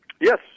yes